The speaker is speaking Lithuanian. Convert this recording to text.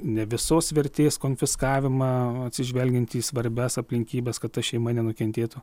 ne visos vertės konfiskavimą atsižvelgiant į svarbias aplinkybes kad ta šeima nenukentėtų